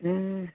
ହୁଁ